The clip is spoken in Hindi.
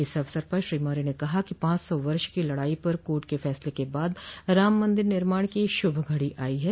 इस अवसर पर श्री मौर्य ने कहा कि पांच सौ वर्ष की लड़ाई पर कोर्ट के फैसले के बाद राम मंदिर निर्माण की श्रभ घड़ी आई है